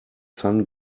sun